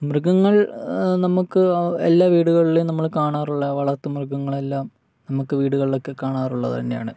മൃഗങ്ങൾ നമുക്ക് എല്ലാ വീടുകളിലും നമ്മള് കാണാറുള്ള വളർത്തുമൃഗങ്ങളെല്ലാം നമ്മള് വീടുകളിലൊക്കെ കാണാറുള്ളത് തന്നെയാണ്